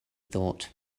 thought